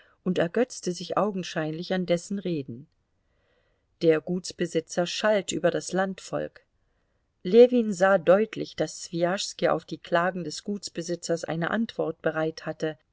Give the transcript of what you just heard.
und ergötzte sich augenscheinlich an dessen reden der gutsbesitzer schalt über das landvolk ljewin sah deutlich daß swijaschski auf die klagen des gutsbesitzers eine antwort bereit hatte